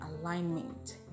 alignment